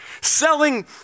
selling